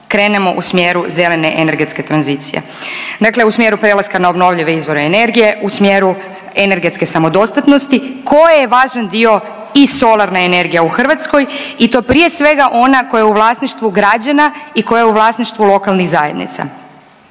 krenemo u smjeru zelene energetske tranzicije, dakle u smjeru prelaska na obnovljive izvore energije, u smjeru energetske samodostatnosti koje je važan dio i solarna energija u Hrvatskoj i to prije svega ona koja je u vlasništvu građana i koja je u vlasništvu lokalnih zajednica.